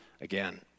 again